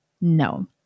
no